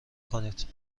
کنید